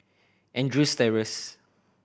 Andrews Terrace